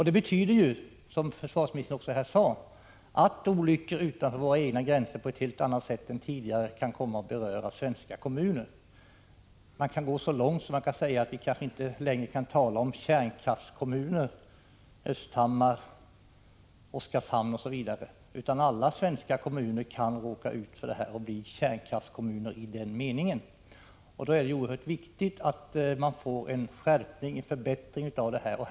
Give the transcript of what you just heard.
Det betyder, som försvarsministern också sade, att olyckor utanför våra egna gränser på ett helt annat sätt än tidigare kan komma att beröra svenska kommuner. Man kan gå så långt att man säger att vi kanske inte längre kan tala om kärnkraftskommuner — Östhammar, Oskarshamn, osv. — utan att alla svenska kommuner kan råka ut för att bli kärnkraftskommuner i den meningen. Det är då oerhört viktigt att man får till stånd en förbättring av skyddet.